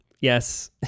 Yes